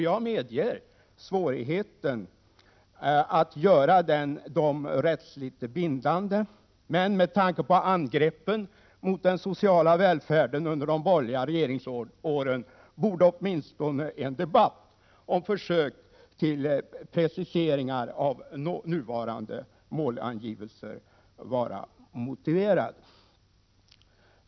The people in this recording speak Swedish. Jag medger att det är svårt att göra reglerna rättsligt bindande, men med tanke på angreppen mot den sociala välfärden under de borgerliga regeringsåren borde åtminstone en debatt om försök till preciseringar av nuvarande målangivelser vara motiverad.